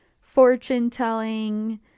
fortune-telling